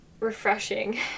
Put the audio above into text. refreshing